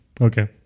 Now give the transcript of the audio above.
okay